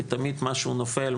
כי תמיד משהו נופל,